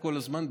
כל הזמן.